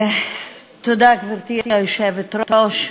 תודה, גברתי היושבת-ראש.